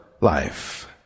life